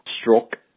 stroke